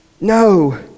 No